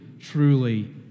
truly